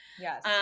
Yes